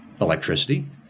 electricity